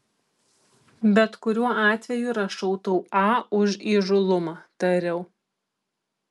bet kuriuo atveju rašau tau a už įžūlumą tariau